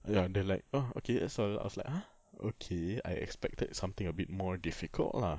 ya and then like ah okay that's all I was like ah okay I expected something a bit more difficult lah